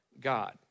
God